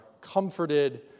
comforted